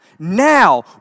Now